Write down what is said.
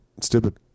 stupid